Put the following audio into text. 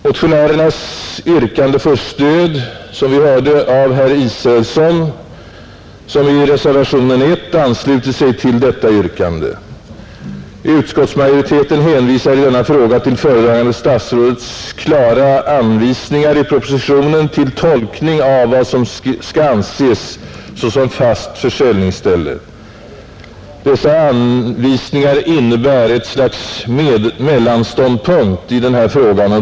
Motionärernas yrkande får, som vi hörde, stöd av herr Israelsson, som i reservationen I anslutit sig till detta yrkande, Utskottsmajoriteten hänvisar i denna fråga till föredragande statsrådets klara anvisningar i propositionen till tolkning av vad som skall anses såsom fast försäljningsställe. Dessa anvisningar innebär ett slags mellanståndpunkt i den här frågan.